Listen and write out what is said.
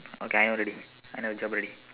okay I know already I know a job already